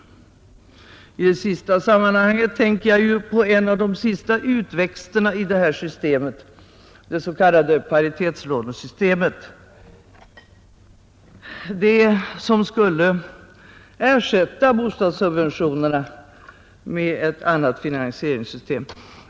När det gäller den sista paradoxen tänker jag på en av de senaste utväxterna i det här systemet, det s.k. paritetslånesystemet — det som skulle ersätta bostadssubventionerna med ett annat finansieringssystem.